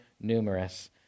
numerous